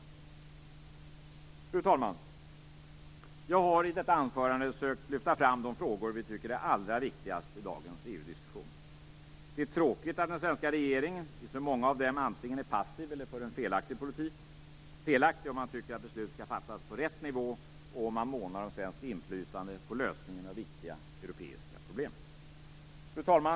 Fru talman! Jag har i detta anförande sökt lyfta fram de frågor vi tycker är allra viktigast i dagens EU diskussion. Det är tråkigt att den svenska regeringen i så många av dem antingen är passiv eller för en felaktig politik - felaktig om man tycker att beslut skall fattas på rätt nivå och om man månar om svenskt inflytande på lösningen av viktiga europeiska problem. Fru talman!